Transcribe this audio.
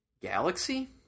Galaxy